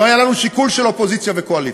לא היה לנו שיקול של אופוזיציה וקואליציה.